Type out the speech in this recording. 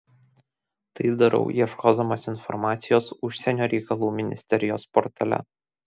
tai darau ieškodamas informacijos užsienio reikalų ministerijos portale